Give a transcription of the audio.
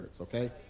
okay